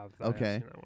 Okay